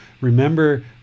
Remember